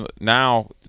now